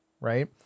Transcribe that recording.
right